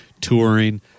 touring